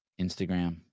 Instagram